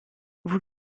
vous